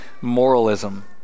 moralism